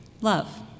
love